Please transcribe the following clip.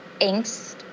angst